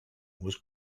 was